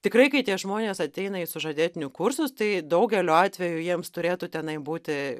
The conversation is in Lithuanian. tikrai kai tie žmonės ateina į sužadėtinių kursus tai daugeliu atvejų jiems turėtų tenai būti